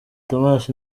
tomas